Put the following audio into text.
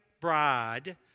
bride